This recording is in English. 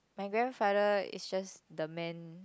my grandfather is just the man